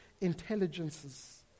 intelligences